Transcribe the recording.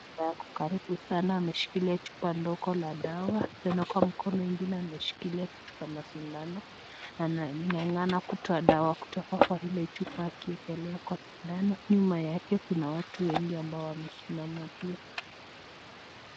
Ambaye ako karibu sana ameshikilia chupa ndogo la dawa. Tena kwa mkono ingine ameshikilia kitu kama shindano, ananganga kutoa dawa kutoka ile kwa chupa akiekelea kwa shindano. Nyuma yake kuna watu wengi ambao wamesimama pia.